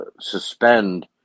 suspend